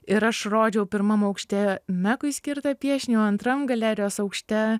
ir aš rodžiau pirmam aukšte mekui skirtą piešinį o antram galerijos aukšte